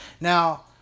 now